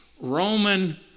Roman